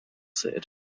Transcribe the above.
said